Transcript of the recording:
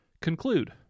Conclude